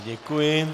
Děkuji.